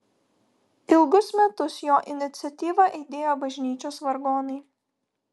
ilgus metus jo iniciatyva aidėjo bažnyčios vargonai